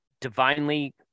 divinely